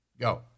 Go